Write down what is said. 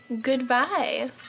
goodbye